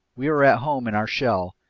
we were at home in our shell,